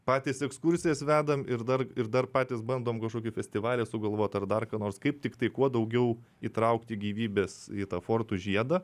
patys ekskursijas vedam ir dar ir dar patys bandom kažkokį festivalį sugalvot ar dar ką nors kaip tiktai kuo daugiau įtraukti gyvybės į tą fortų žiedą